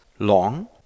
long